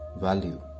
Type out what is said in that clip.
Value